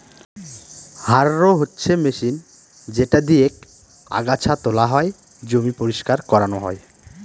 harrow হচ্ছে machine যেটা দিয়েক আগাছা তোলা হয়, জমি পরিষ্কার করানো হয়